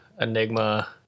Enigma